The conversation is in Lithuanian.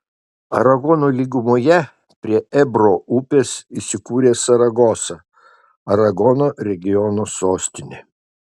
aragono lygumoje prie ebro upės įsikūrė saragosa aragono regiono sostinė